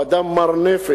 הוא אדם מר-נפש,